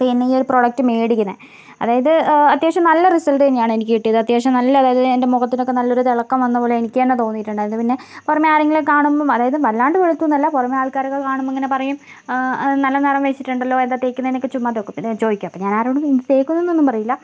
പിന്നെ ഈ ഒരു പ്രോഡക്റ്റ് മേടിക്കുന്നത് അതായത് അത്യാവശ്യം നല്ല റിസൾട്ട് തന്നെയാണ് എനിക്ക് കിട്ടിയത് അത്യാവശ്യം നല്ല അതായത് എൻ്റെ മുഖത്തിനക്കെ നല്ലൊരു തിളക്കം വന്ന പോലെ എനിക്ക് തന്നെ തോന്നിയിട്ടുണ്ട് അത് പിന്നെ പുറമെ ആരെങ്കിലൊക്കെ കാണുമ്പോൾ അതായത് വല്ലാണ്ട് വെളുത്തൂന്നല്ല പുറമെ ആൾക്കാരൊക്കെ കാണുബോളിങ്ങനെ പറയും ആ നല്ല നിറം വച്ചിട്ടൊണ്ടല്ലോ എന്താ തേക്കുന്നേന്നക്കെ ചുമ്മാ തെക്കും ചോദിക്കും അപ്പം ഞാനാരോടും തേക്കുന്നൊന്നും പറയില്ല